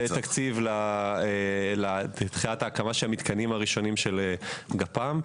תקציב להרכבה של המתקנים הראשונים של גפ"מ.